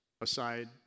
aside